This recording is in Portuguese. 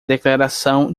declaração